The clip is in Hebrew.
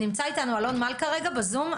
נמצא איתנו אלון מלכה בזום.